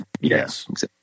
Yes